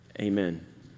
amen